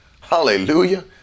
hallelujah